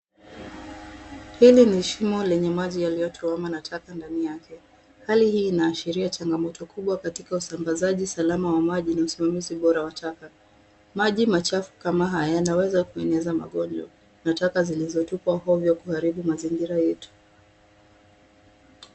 Hili ni shimo lenye maji yaliyotuama na taka ndani yake. Hali hii inaashiria changamoto kubwa katika usambazaji salama wa maji, na usimamizi bora wa taka. Maji machafu kama haya, yanaweza kueneza magonjwa na taka zilizotupwa ovyo kuharibu mazingira yetu.